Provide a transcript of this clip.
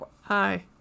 hi